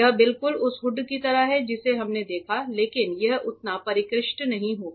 यह बिल्कुल उस हुड की तरह है जिसे हमने देखा लेकिन वह उतना परिष्कृत नहीं होगा